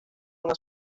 una